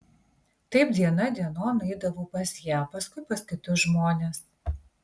taip diena dienon eidavau pas ją paskui pas kitus žmones